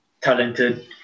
talented